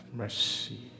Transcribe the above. mercy